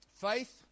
faith